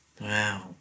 Wow